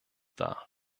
dar